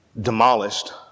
demolished